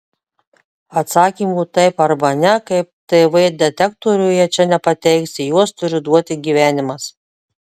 atsakymų taip arba ne kaip tv detektoriuje čia nepateiksi juos turi duoti gyvenimas